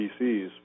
PCs